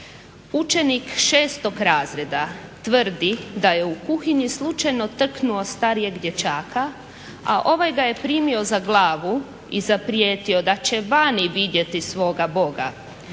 "Učenik 6. razreda da je u kuhinji slučajno trknuo starijeg dječaka, a ovaj ga je primio za glavu i zaprijetio da će vidjeti svoga boga.